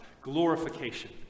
Glorification